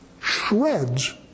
Shreds